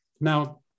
Now